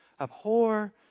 abhor